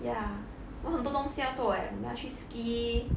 ya 我们很多东西要做 leh 我们要去 ski